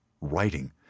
writing